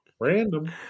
random